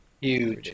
huge